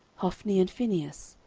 hophni and phinehas,